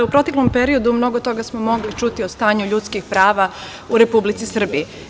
U proteklom periodu mnogo toga smo mogli čuti o stanju ljudskih prava u Republici Srbiji.